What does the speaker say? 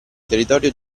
territorio